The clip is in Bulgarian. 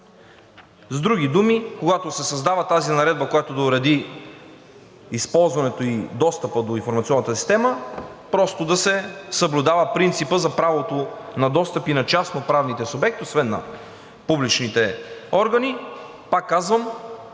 С други думи, когато се създава тази наредба, която да уреди използването и достъпа до информационната система, просто да се съблюдава принципът за правото на достъп и на частноправните субекти, освен на публичните органи, пак казвам,